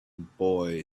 boy